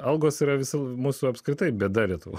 algos yra visų mūsų apskritai bėda lietuvoje